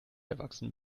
erwachsen